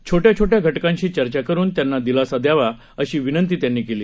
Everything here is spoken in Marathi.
छोट्या छोट्या घटकांशी चर्चा करून त्यांना दिलासा द्यावा अशी विनंती त्यांनी केली